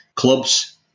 clubs